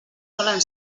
solen